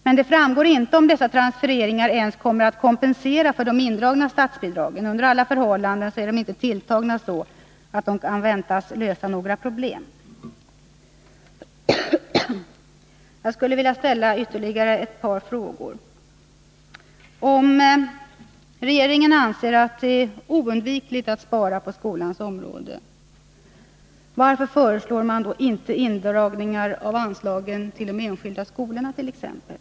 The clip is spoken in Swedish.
Men det framgår inte om dessa transfereringar ens kommer att kompensera för de indragna statsbi dragen. Under alla förhållanden är de inte tilltagna så att de kan väntas lösa några problem. Jag skall ställa ytterligare ett par frågor. Om regeringen anser att det är oundvikligt att spara på skolans område, varför föreslår man då inte indragningar på anslagen till de enskilda skolorna?